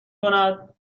کند